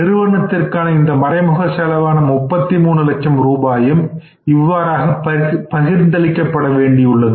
நிறுவனத்திற்கான இந்த மறைமுக செலவான 33 லட்சம் ரூபாயும் இவ்வாறாக பகிர்ந்தளிக்கப்பட வேண்டியுள்ளது